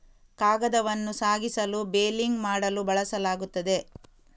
ಕಾಗದವನ್ನು ಸಾಗಿಸಲು ಬೇಲಿಂಗ್ ಮಾಡಲು ಬಳಸಲಾಗುತ್ತದೆ